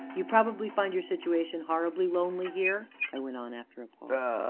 you probably find your situation horribly lonely here? i went on after a pause.